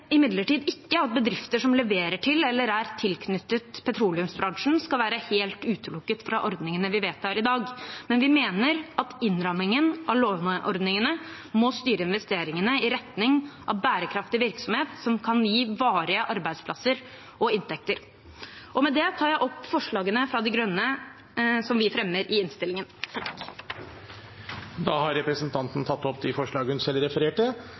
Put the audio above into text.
imidlertid ikke at bedrifter som leverer til eller er tilknyttet petroleumsbransjen, skal være helt utelukket fra ordningene vi vedtar i dag, men vi mener at innrammingen av låneordningene må styre investeringene i retning av bærekraftig virksomhet som kan gi varige arbeidsplasser og inntekter. Med det tar jeg opp Miljøpartiet De Grønnes forslag i sak nr. 1. Representanten Hulda Holtvedt har tatt opp de forslagene hun refererte